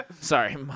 sorry